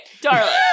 darling